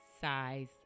size